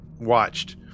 watched